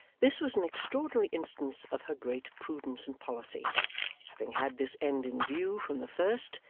this was an extraordinary instance of her great prudence and policy having had this end in view from the first,